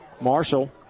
Marshall